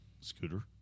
Scooter